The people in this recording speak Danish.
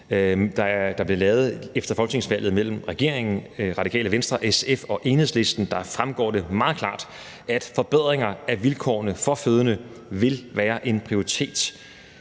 der blev lavet efter folketingsvalget, mellem regeringen, Det Radikale Venstre, SF og Enhedslisten, fremgår det meget klart, at forbedringer af vilkårene for fødende vil være en prioritet